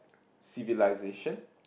civilization